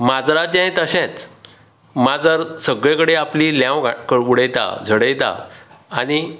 माजराचेंय तशेंच माजर सगळे कडेन आपली ल्हंव उडयता झडयता आनी